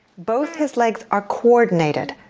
both his legs are coordinated.